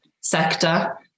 sector